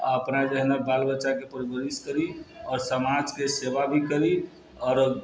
अपना जेहे न बाल बच्चाके परवरिश करि आओर समाजके सेवा भी करि आओर